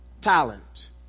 talent